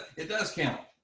it does count.